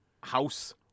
house